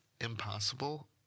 impossible